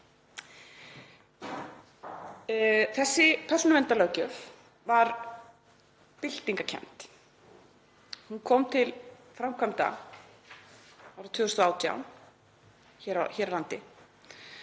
Þessi persónuverndarlöggjöf var byltingarkennd. Hún kom til framkvæmda árið 2018 hér á landi